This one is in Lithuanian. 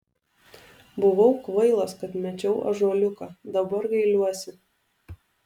buvau kvailas kad mečiau ąžuoliuką dabar gailiuosi